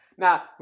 Now